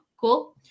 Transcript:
Cool